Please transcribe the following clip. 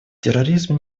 терроризм